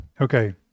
Okay